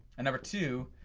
and number two,